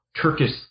Turkish